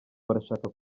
barashaka